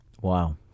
Wow